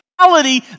reality